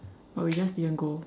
but we just didn't go